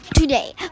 Today